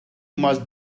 must